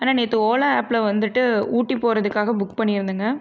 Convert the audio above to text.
அண்ணா நேற்று ஓலா ஆப்ல வந்துட்டு ஊட்டி போகிறதுக்காக புக் பண்ணிருந்தாங்க